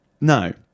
No